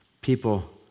People